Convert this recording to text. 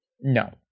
No